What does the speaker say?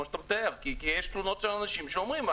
כמו שאת המתאר כי יש תלונות של אנשים שאומרים: